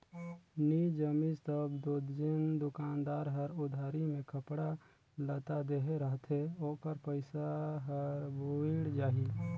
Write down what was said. नी जमिस तब दो जेन दोकानदार हर उधारी में कपड़ा लत्ता देहे रहथे ओकर पइसा हर बुइड़ जाही